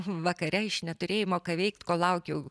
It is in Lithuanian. vakare iš neturėjimo ką veikti kol laukiau